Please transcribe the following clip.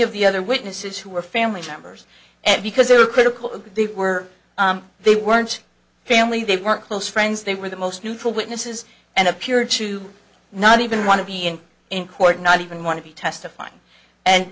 of the other witnesses who were family members and because they were critical of the were they weren't family they weren't close friends they were the most neutral witnesses and appeared to not even want to be in in court not even want to be testifying and